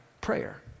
prayer